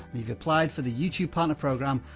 you've applied for the youtube partner program,